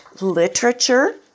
literature